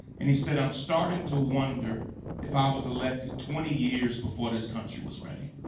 and he said, i'm starting to wonder if i was elected twenty years before this country was ready.